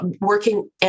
working